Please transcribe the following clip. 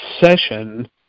session